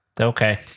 okay